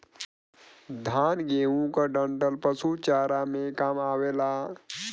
धान, गेंहू क डंठल पशु चारा में काम आवेला